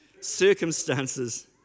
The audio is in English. circumstances